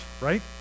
right